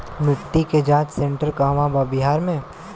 मिटी के जाच सेन्टर कहवा बा बिहार में?